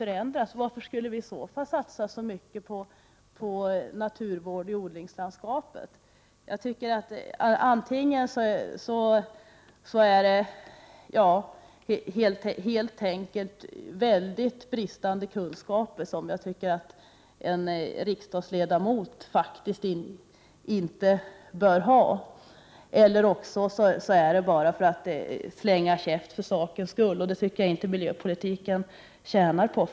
Varför skulle vi i så fall satsa så mycket på naturvård i odlingslandskapet? Antingen är det en fråga om mycket bristande kunskaper, som en riksdagsledamot inte bör ha, eller också är det fråga om att slänga käft för sakens skull. Det tycker jaginte att miljöpolitiken tjänar på.